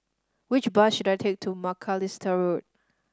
which bus should I take to Macalister Road